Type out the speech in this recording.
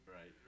Right